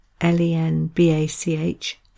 L-E-N-B-A-C-H